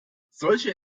solche